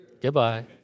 Goodbye